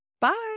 Bye